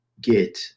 get